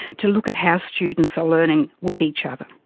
to look at how students are learning with each other.